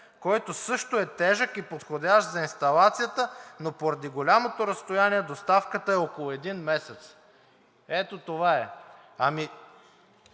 който също е тежък и подходящ за инсталацията, но поради голямото разстояние доставката е около 1 месец.“ Ето това е.